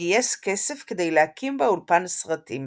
גייס כסף כדי להקים בה אולפן סרטים.